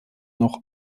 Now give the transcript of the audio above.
noch